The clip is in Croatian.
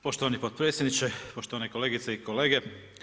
Poštovani potpredsjedniče, poštovane kolegice i kolege.